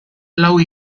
lau